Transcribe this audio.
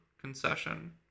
concession